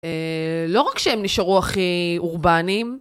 לא רק שהם נשארו הכי אורבנים.